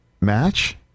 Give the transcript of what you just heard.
match